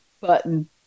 button